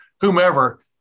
whomever